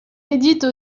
édite